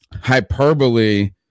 hyperbole